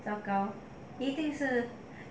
糟糕一定是